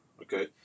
okay